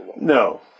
no